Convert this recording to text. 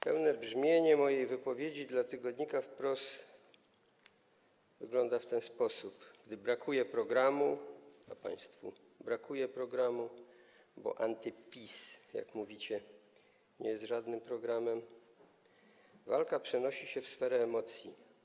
Pełne brzmienie mojej wypowiedzi dla tygodnika „Wprost” wygląda w ten sposób: Gdy brakuje programu, a państwu brakuje programu, bo antyPiS, jak mówicie, nie jest żadnym programem, walka przenosi się w sferę emocji.